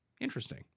Interesting